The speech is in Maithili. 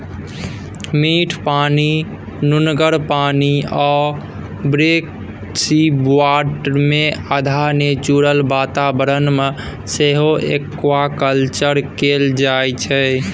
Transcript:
मीठ पानि, नुनगर पानि आ ब्रेकिसवाटरमे अधहा नेचुरल बाताबरण मे सेहो एक्वाकल्चर कएल जाइत छै